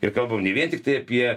ir kalbam ne vien tiktai apie